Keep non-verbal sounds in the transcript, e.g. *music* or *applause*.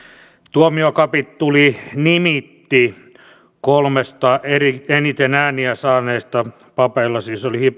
tuomiokapituli nimitti kolmesta eniten ääniä saaneesta rovastikunnan papeilla siis oli *unintelligible*